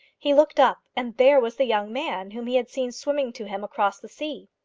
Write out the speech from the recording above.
he looked up, and there was the young man whom he had seen swimming to him across the sea.